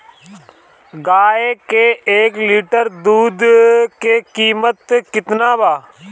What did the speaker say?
गाय के एक लीटर दूध के कीमत केतना बा?